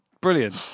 Brilliant